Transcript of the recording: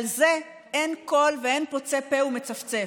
על זה אין קול ואין פוצה פה ומצפצף.